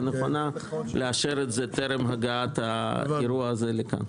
נכונה לאשר את זה טרם הגעת האירוע הזה לכאן.